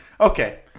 Okay